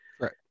right